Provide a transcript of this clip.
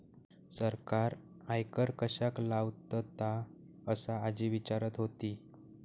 सरकार आयकर कश्याक लावतता? असा आजी विचारत होती